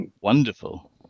Wonderful